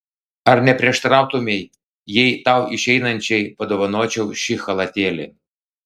ar neprieštarautumei jei tau išeinančiai padovanočiau šį chalatėlį